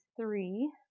three